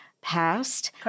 passed